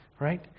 Right